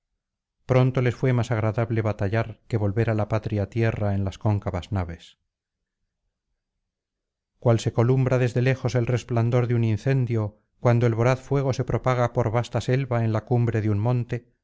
pronto les fué más agradable batallar que volver á la patria tierra en las cóncavas naves cual se columbra desde lejos el resplandor de un incendio cuando el voraz fuego se propaga por vasta selva en la cumbre de un monte